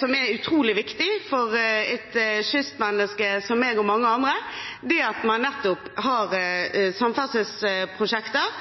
som er utrolig viktig for et kystmenneske som meg og mange andre – det at man nettopp har samferdselsprosjekter